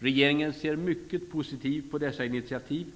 Regeringen ser mycket positivt på dessa initiativ